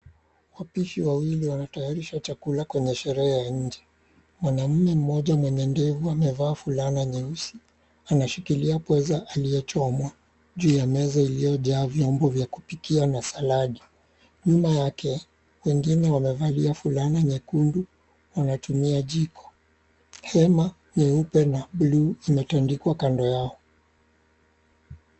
Wapishi wawili wanatayarisha chakula kwenye sherehe ya nje. Mwaname mmoja mwenye ndevu amevaa fulana nyeusi. Anashikilia pweza aliyechomwa juu ya meza iliyojaa vyombo vya kupikia na saladi. Nyuma yake, wengine wamevalia fulana nyekundu wanatumia jiko. Hema nyeupe na buluu imetandikwa kando yao.